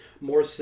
more